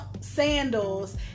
sandals